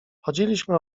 chodziliśmy